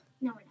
No